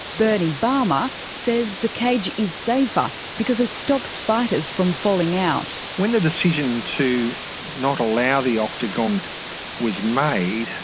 bernie balmer, says the cage is safer, because it stops fighters from falling out. when the decision to not allow the octagon was made,